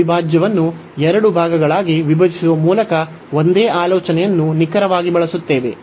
ಈ ಅವಿಭಾಜ್ಯವನ್ನು ಎರಡು ಭಾಗಗಳಾಗಿ ವಿಭಜಿಸುವ ಮೂಲಕ ಒಂದೇ ಆಲೋಚನೆಯನ್ನು ನಿಖರವಾಗಿ ಬಳಸುತ್ತೇವೆ